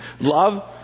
love